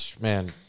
man